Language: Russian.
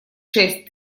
шесть